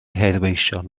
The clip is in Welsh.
heddweision